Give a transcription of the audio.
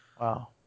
Wow